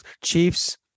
Chiefs